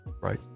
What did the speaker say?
right